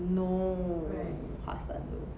know hassan though